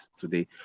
today